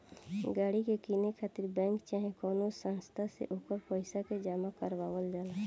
गाड़ी के किने खातिर बैंक चाहे कवनो संस्था से ओकर पइसा के जामा करवावे ला